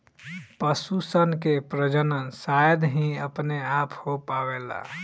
पशु सन के प्रजनन शायद ही अपने आप हो पावेला